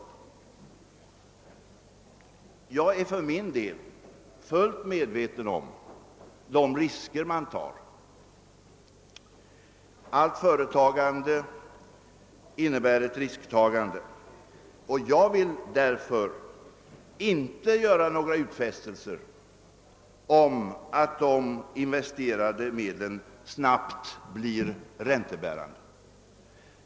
Jag är för min del fullt medveten om de risker man tar. Allt företagande innebär ett risktagande. Jag vill därför inte göra några utfästelser om att de investerade medlen snabbt kommer att bli räntebärande.